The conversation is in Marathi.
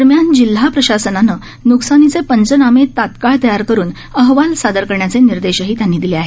दरम्यान जिल्हा प्रशासनानं न्कसानीचे पंचनामे तत्काळ तयार करून अहवाल सादर करण्याचे निर्देशही त्यांनी दिले आहेत